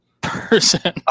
person